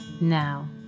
Now